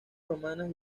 romanas